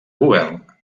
govern